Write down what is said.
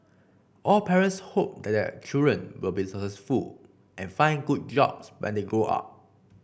all parents hope that their children will be successful and find good jobs when they grow up